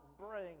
bring